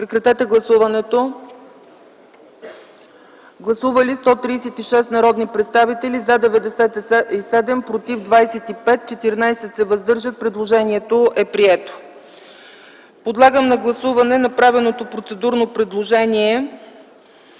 Моля, гласувайте. Гласували 136 народни представители: за 97, против 25, въздържали се 14. Предложението е прието. Подлагам на гласуване направеното процедурно предложение